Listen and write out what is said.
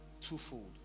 twofold